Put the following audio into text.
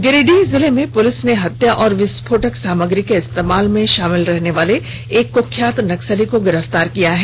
गिरिडीह जिले में पुलिस ने हत्या और विस्फोटक सामग्री के इस्तेमाल में शामिल रहने वाले एक कुख्यात नक्सली को गिरफ्तार किया है